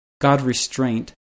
God-restraint